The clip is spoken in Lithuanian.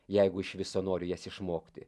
jeigu iš viso noriu jas išmokti